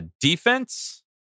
Defense